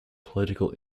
political